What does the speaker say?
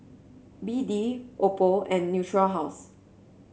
B D Oppo and Natura House